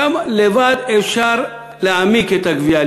שם לבד אפשר להעמיק את הגבייה,